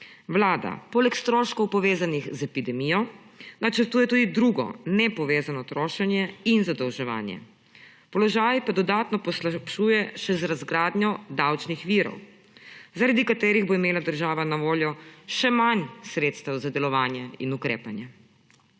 Vlada poleg stroškov, povezanih z epidemijo, načrtuje tudi drugo nepovezano trošenje in zadolževanje. Položaj pa dodatno poslabšuje še z razgradnjo davčnih virov, zaradi katerih bo imela država na voljo še manj sredstev za delovanje in ukrepanje.